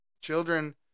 Children